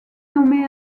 nommé